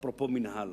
אפרופו מינהל.